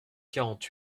quarante